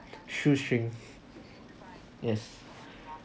shoestring yes